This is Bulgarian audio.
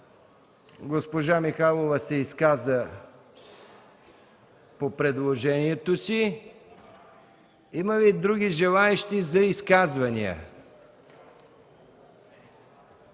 Госпожа Михайлова се изказа по предложението си. Има ли други желаещи за изказвания?